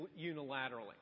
unilaterally